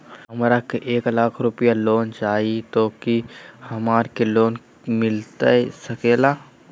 हमरा के एक लाख रुपए लोन चाही तो की हमरा के लोन मिलता सकेला?